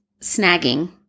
snagging